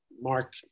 Mark